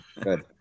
Good